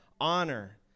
honor